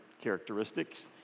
characteristics